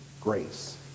grace